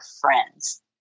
friends